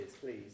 please